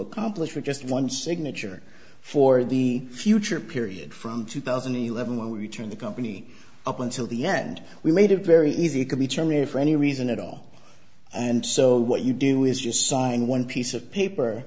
accomplish for just one signature for the future period from two thousand and eleven when we return the company up until the end we made it very easy could be terminated for any reason at all and so what you do is you sign one piece of paper